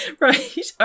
Right